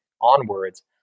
onwards